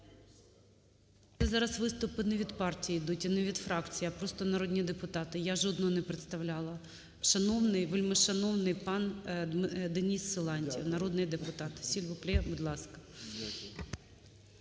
зараз виступи не партій йдуть і не від фракцій, а просто народні депутати, я жодного не представляла. Шановний, вельмишановний пан Денис Силантьєв, народний депутат. S'ilvouspiait, будь ласка.